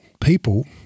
people